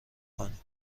کنیم